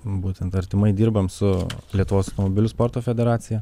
būtent artimai dirbam su lietuvos automobilių sporto federacija